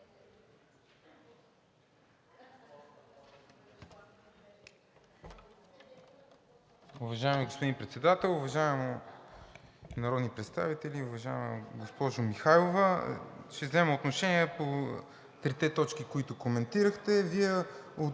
Уважаеми господин Председател, уважаеми народни представители. Уважаема госпожо Михайлов, ще взема отношение по трите точки, които коментирахте.